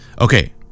Okay